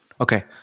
Okay